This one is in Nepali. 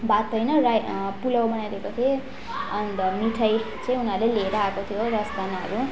भात होइन राइ पुलाउ बनाइदिएको थिएँ अन्त मिठाई चाहिँ उनीहरूले लिएर आएको थियो रसदानाहरू